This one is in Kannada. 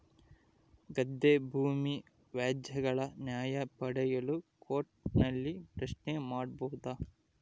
ಗದ್ದೆ ಭೂಮಿ ವ್ಯಾಜ್ಯಗಳ ನ್ಯಾಯ ಪಡೆಯಲು ಕೋರ್ಟ್ ನಲ್ಲಿ ಪ್ರಶ್ನೆ ಮಾಡಬಹುದಾ?